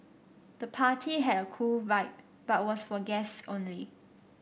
the party had a cool vibe but was for guests only